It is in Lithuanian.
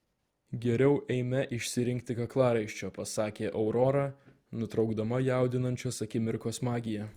geriau eime išsirinkti kaklaraiščio pasakė aurora nutraukdama jaudinančios akimirkos magiją